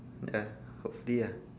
ya hopefully ah